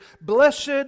blessed